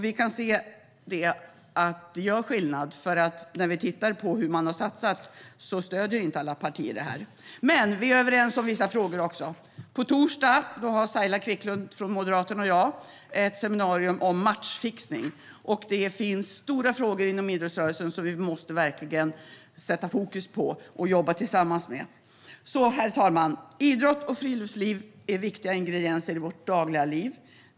Vi kan se att det gör skillnad, för när vi tittar på hur man har satsat ser vi att inte alla partier stöder detta. Men vi är överens i vissa frågor. På torsdag har Saila Quicklund från Moderaterna och jag ett seminarium om matchfixning. Det finns stora frågor inom idrottsrörelsen som vi verkligen måste sätta fokus på och jobba tillsammans med. Herr talman! Idrott och friluftsliv är viktiga ingredienser i vårt dagliga liv.